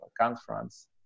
conference